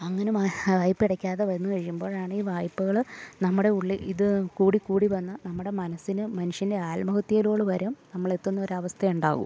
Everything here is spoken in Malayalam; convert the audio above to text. അങ്ങനെ വായ്പ അടക്കാതെ വന്നു കഴിയുമ്പോഴാണീ വായ്പകൾ നമ്മുടെ ഉള്ളിൽ ഇത് കൂടി കൂടി വന്ന് നമ്മുടെ മനസ്സിന് മനുഷ്യൻ്റെ ആത്മഹത്യയോളം വരും നമ്മളെത്തുന്നൊരവസ്ഥയുണ്ടാകും